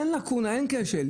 אין לקונה, אין כשל.